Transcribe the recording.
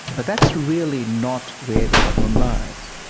but that's really not where the problem lies.